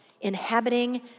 inhabiting